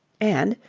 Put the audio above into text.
and,